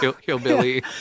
hillbilly